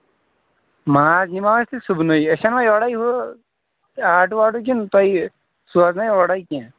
ماز نِمو أسہِ صُبحَنٕے أسۍ اَنو یورَے ہُہ آٹوٗ واٹوٗ کِنہٕ تۄہہِ سوزنَے اورَے کیٚنہہ